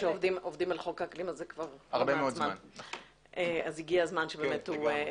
על חוק האקלים הזה עובדים הרבה זמן והגיע הזמן שהוא יגיע.